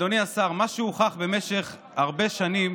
אדוני השר, מה שהוכח במשך הרבה שנים